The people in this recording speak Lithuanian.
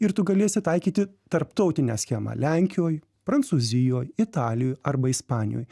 ir tu galėsi taikyti tarptautinę schemą lenkijoj prancūzijoj italijoj arba ispanijoj